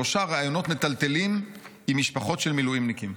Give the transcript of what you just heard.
שלושה ראיונות מטלטלים עם משפחות של מילואימניקים.